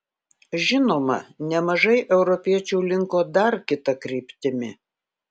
žinoma nemažai europiečių linko dar kita kryptimi